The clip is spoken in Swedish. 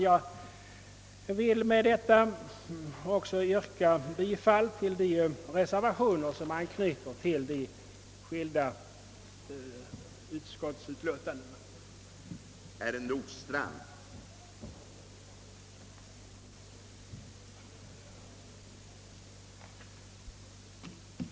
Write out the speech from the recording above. Med det anförda vill jag yrka bifall till de reservationer som anknyter till de skilda utskottsutlåtandena.